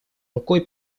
рукой